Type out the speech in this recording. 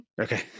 Okay